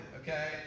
okay